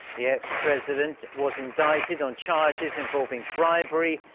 the ex-president was indicted on charges involving bribery,